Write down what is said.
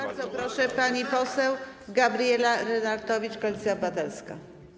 Bardzo proszę, pani poseł Gabriela Lenartowicz, Koalicja Obywatelska.